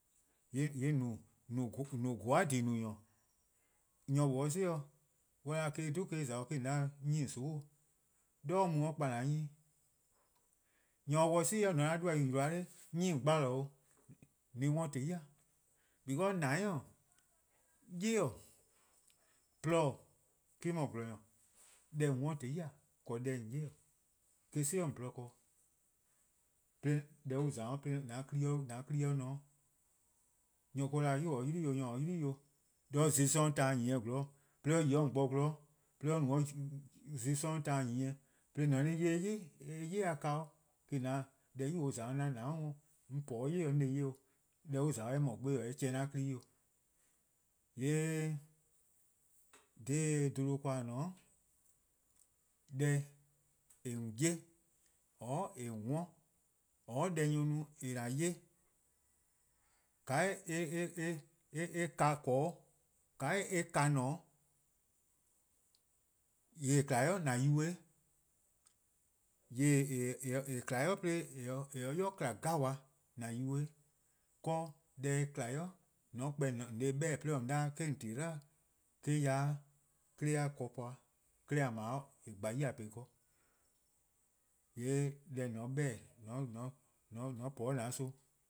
:yee' :on :no :gobo'-deh no-nyor:.:mor nyor nor 'si-dih :mor or 'da ka-eh 'dhu eh :za 'o :yee' :on 'da kpon :soon' dih. 'De :dha or mu-a or kpa an-a' 'nyne 'weh. Nyor se-dih 'si 'i :on se :ao' 'duhba: yu 'on 'dba-dih :on 'gbalor 'o :on se-ih 'worn :tehn 'i. Because :dou'+-:, 'yli-:, 'dekorn: :porluh-: me-: no :gwlor-nyor. Deh :on 'ye-a :tehn 'i-: 'deh :on 'worn-a me-: 'si o :on :porluh ken-dih. 'de 'de deh on :za-a 'de an 'kpa+-a ne 'de, nyor or-: 'da 'yu :daa or 'yli o', nyor :daa or 'yli 'o 'de zon+ 'sororn' taan nyieh 'zorn 'de or yi :on bor :gwloror' 'de or no 'o zon+ 'sororn' taan, nyieh 'de an 'ye eh 'yli-a ka, :yee' :on 'de deh nyor+ :daa on :za-a' 'an :dou'+ 'worn-a 'on 'bla-eh 'yli-eh zorn-dih 'on se-eh 'ye 'o deh on :za-a eh :mor 'sih 'o eh chehn-a 'kpa+ 'weh 'o. :yee' :dha 'bluhba ken :a :ne-a, deh :on 'ye-a, 'or :on 'worn-a', 'or deh nyor-a no-a :an 'ye-a, :ka eh ka :ne-a', :yee' :yeh eh :kma 'i :an yubo-eh. :yeh :kma 'i 'de :eh se-a 'i :kma deh 'jeh :an yubo-eh, 'de deh :kma 'i :mor :on kpa-eh :on se-eh 'beh-dih 'de :on 'da eh-: :on 'dhe 'dlu eh-: 'ya 'de 'kle-a ken po-eh,:yee' 'kle :a 'ble-a 'gbeh+ :a po-a ken-dih, :yee' deh :on se-a 'beh-dih :mor :on po 'de an son.,